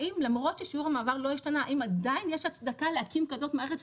למרות ששיעור המעבר לא השתנה האם עדיין יש הצדקה להקים כזאת מערכת?